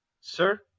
Sir